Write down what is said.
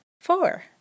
four